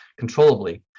controllably